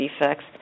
defects